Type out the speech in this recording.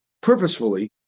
Purposefully